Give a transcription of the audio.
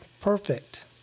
perfect